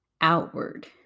outward